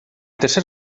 tercer